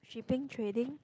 shipping trading